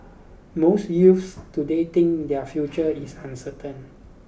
most youths today think their future is uncertain